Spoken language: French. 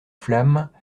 flammes